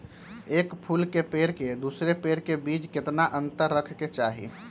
एक फुल के पेड़ के दूसरे पेड़ के बीज केतना अंतर रखके चाहि?